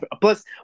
Plus